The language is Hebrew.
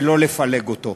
ולא לפלג אותו,